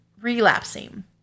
relapsing